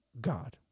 God